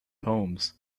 homes